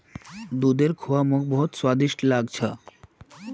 दूधेर खुआ मोक बहुत स्वादिष्ट लाग छ